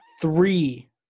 three